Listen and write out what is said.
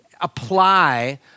apply